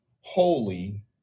holy